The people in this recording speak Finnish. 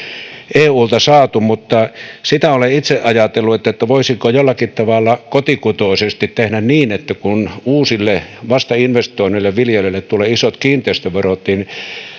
eulta saatu mutta sitä olen itse ajatellut voisiko jollakin tavalla kotikutoisesti tehdä niin että kun uusille vasta investoineille viljelijöille tulee isot kiinteistöverot niin